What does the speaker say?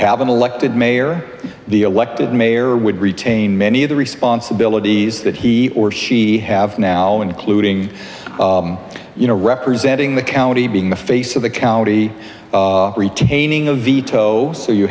have an elected mayor the elected mayor would retain many of the responsibilities that he or she have now including you know representing the county being the face of the county retaining a veto so you